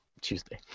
Tuesday